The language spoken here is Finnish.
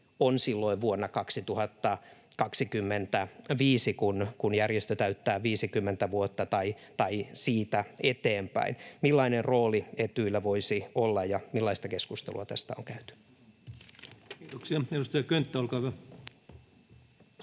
on silloin vuonna 2025, kun järjestö täyttää 50 vuotta, tai siitä eteenpäin? Millainen rooli Etyjillä voisi olla, ja millaista keskustelua tästä on käyty? Kiitoksia. — Edustaja Könttä, olkaa hyvä.